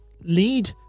lead